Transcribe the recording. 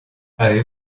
avez